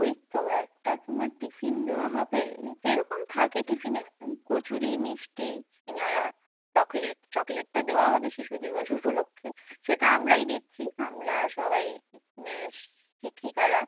ওইত্তো একটা তোমার টিফিন দেওয়া হবে যে রকম থাকে টিফিনে কচুরি মিষ্টি শিঙাড়া চকলেট চকলেটটা দেওয়া হবে শিশু দিবস উপলক্ষে সেটা আমরাই দিচ্ছি আমরা সবাই মেস শিক্ষিকারা